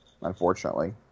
unfortunately